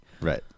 Right